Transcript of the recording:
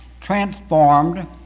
transformed